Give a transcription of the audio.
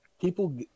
People